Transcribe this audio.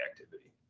activity